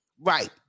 Right